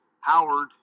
Howard